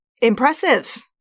impressive